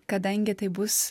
kadangi tai bus